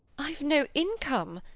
i've no income.